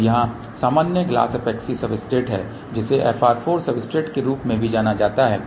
तो यहाँ सामान्य ग्लास एपॉक्सी सब्सट्रेट है जिसे FR4 सब्सट्रेट के रूप में भी जाना जाता है